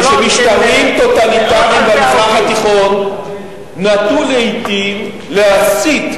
וכן שמשטרים טוטליטריים במזרח התיכון נטו לעתים להסית